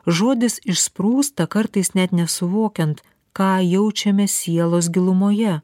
žodis išsprūsta kartais net nesuvokiant ką jaučiame sielos gilumoje